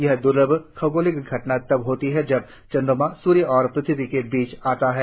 यह द्र्लभ खगोलीय घटना तब होती है जब चंद्रमा सूर्य और पृथ्वी के बीच आता है